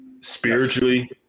spiritually